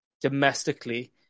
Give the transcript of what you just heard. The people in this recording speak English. domestically